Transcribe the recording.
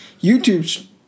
YouTube's